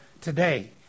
today